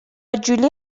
جولی